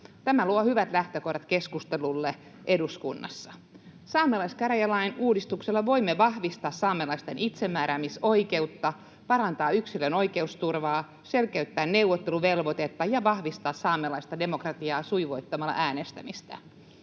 Tämä luo hyvät lähtökohdat keskustelulle eduskunnassa. Saamelaiskäräjälain uudistuksella voimme vahvistaa saamelaisten itsemääräämisoikeutta, parantaa yksilön oikeusturvaa, selkeyttää neuvotteluvelvoitetta ja vahvistaa saamelaista demokratiaa sujuvoittamalla äänestämistä.